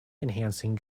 enhancing